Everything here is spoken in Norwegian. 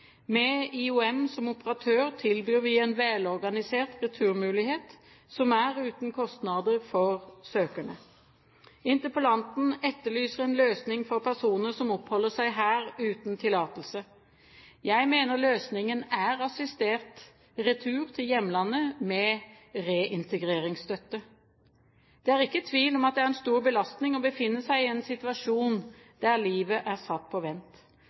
Med IOM som operatør tilbyr vi en velorganisert returmulighet som er uten kostnader for søkerne. Interpellanten etterlyser en løsning for personer som oppholder seg her uten tillatelse. Jeg mener løsningen er assistert retur til hjemlandet med reintegreringsstøtte. Det er ingen tvil om at det er en stor belastning å befinne seg i en situasjon der livet er satt på vent,